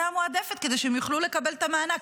המועדפת כדי שהם יוכלו לקבל את המענק,